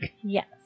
Yes